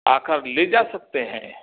आ कर ले जा सकते हैं